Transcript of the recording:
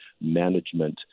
management